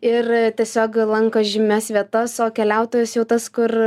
ir tiesiog lanko žymias vietas o keliautojas jau tas kur